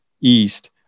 east